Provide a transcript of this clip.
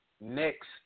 Next